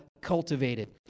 cultivated